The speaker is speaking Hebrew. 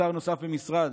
שר נוסף במשרד),